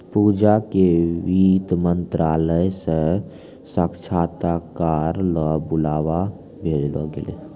पूजा क वित्त मंत्रालय स साक्षात्कार ल बुलावा भेजलो गेलै